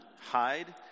hide